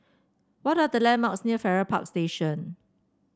what are the landmarks near Farrer Park Station